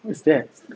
what is that